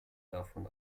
davon